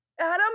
Adam